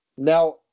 Now